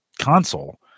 console